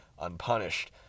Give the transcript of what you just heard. unpunished